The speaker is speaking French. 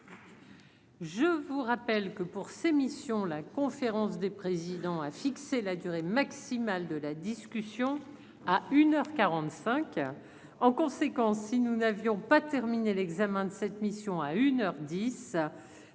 Je vous rappelle que pour ses missions, la conférence des présidents a fixé la durée maximale de la discussion à une heure quarante-cinq en conséquence, si nous n'avions pas terminé l'examen de cette mission à une